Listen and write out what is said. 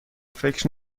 فکر